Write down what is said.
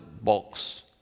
box